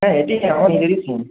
হ্যাঁ এটি আমার নিজেরই সিম